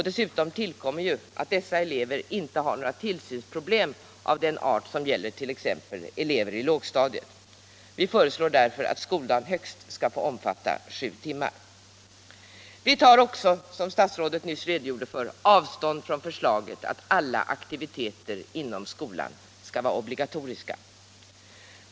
Dessa elever har inte heller några tillsynsproblem av den art som gäller t.ex. elever i lågstadiet. Vi föreslår därför att skoldagen högst skall få omfatta sju timmar. Vi tar också avstånd från förslaget att alla aktiviteter inom skolan skulle vara obligatoriska.